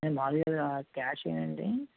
మాములుగా క్యాషేనాండి